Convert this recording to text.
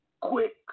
quick